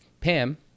Pam